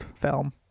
film